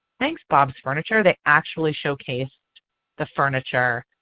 thanks bob's furniture. they actually showcased the furniture